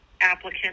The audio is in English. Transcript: applicant